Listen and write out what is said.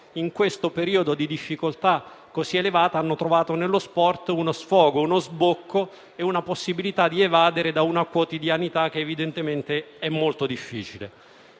in questo periodo di difficoltà così elevata, hanno trovato nello sport uno sfogo, uno sbocco e una possibilità di evadere da una quotidianità che evidentemente è molto difficile.